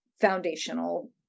foundational